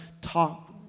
talk